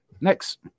next